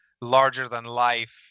larger-than-life